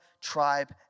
tribe